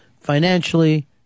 financially